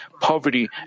poverty